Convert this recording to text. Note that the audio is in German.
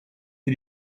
für